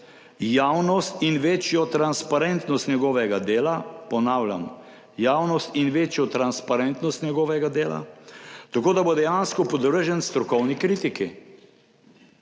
javnost in večjo transparentnost njegovega dela, ponavljam, javnost in večjo transparentnost njegovega dela, tako da bo dejansko podvržen strokovni kritiki.